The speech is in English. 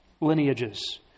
lineages